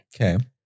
okay